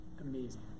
amazing